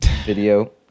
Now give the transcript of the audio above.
video